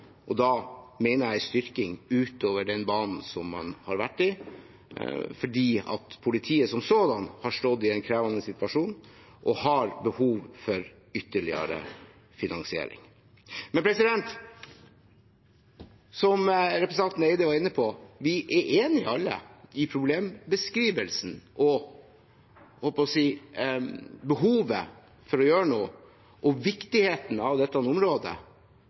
og da mener jeg en styrking utover den banen man har vært i, fordi politiet som sådan har stått i en krevende situasjon og har behov for ytterligere finansiering. Men som representanten Eide var inne på, er vi alle enig i problembeskrivelsen og behovet for å gjøre noe – og viktigheten av dette området.